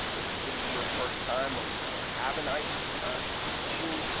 if this is your first time or you don't have an ice ah machine